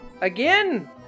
Again